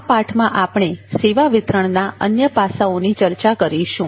આ પાઠમાં આપણે સેવા વિતરણના અન્ય પાસાઓની ચર્ચા કરીશું